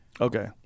okay